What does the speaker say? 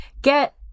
get